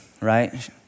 right